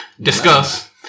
Discuss